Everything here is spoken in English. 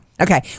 Okay